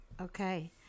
Okay